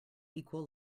equal